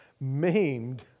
maimed